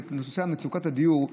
בנושא מצוקת הדיור,